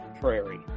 prairie